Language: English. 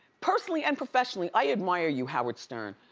personally and professionally, i admire you, howard stern.